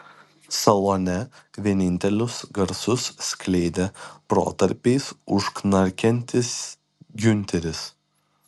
salone vienintelius garsus skleidė protarpiais užknarkiantis giunteris